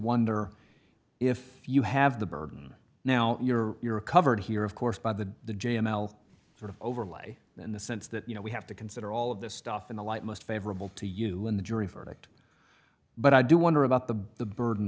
wonder if you have the burden now you're covered here of course by the the j m l sort of overlay in the sense that you know we have to consider all of this stuff in the light most favorable to you in the jury verdict but i do wonder about the burden